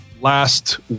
last